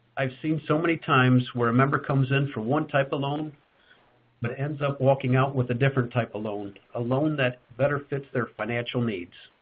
i've seen so many times where a member comes in for one type of loan but ends up walking out with a different type of loan, a loan that better fits their financial needs.